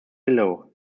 below